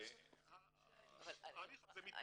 הליך להתרת נישואין על פי החוק להתרת נישואין מקרים